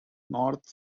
north